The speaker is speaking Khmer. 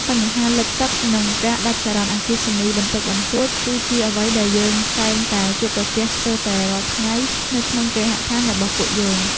បញ្ហាលេចទឹក និងការដាច់ចរន្តអគ្គិសនីបន្តិចបន្តួច គឺជាអ្វីដែលយើងតែងតែជួបប្រទះស្ទើរតែរាល់ថ្ងៃនៅក្នុងគេហដ្ឋានរបស់ពួកយើង។